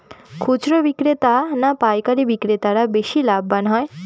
খুচরো বিক্রেতা না পাইকারী বিক্রেতারা বেশি লাভবান হয়?